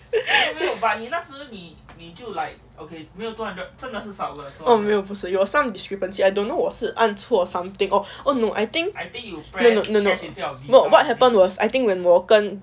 哦没有不是有 some discrepancy I don't know 我是按错 something oh no I think no no no what happened was I think when 我跟